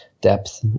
depth